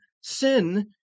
sin